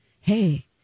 Hey